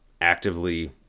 actively